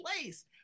place